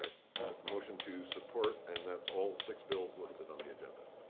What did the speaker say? ah but motion to support. and that's all six bills listed on the agenda.